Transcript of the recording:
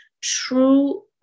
true